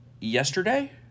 yesterday